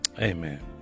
Amen